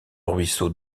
ruisseau